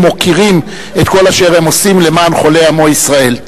ומוקירים את כל אשר הם עושים למען חולי עמו ישראל.